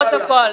נעבור הלאה.